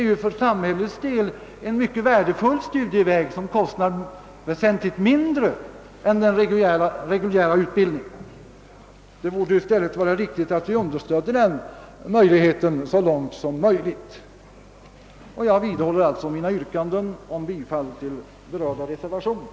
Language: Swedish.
Det ju en för samhället mycket värdefull studieväg, som kostar väsentligt mindre än den reguljära utbildningen. Det borde i stället vara så att vi så långt som möjligt understödde denna möjlighet till fortsatta studier. Jag vidhåller mina tidigare yrkanden om bifall till vid denna punkt fogade reservationer.